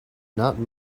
not